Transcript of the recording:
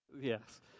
Yes